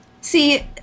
See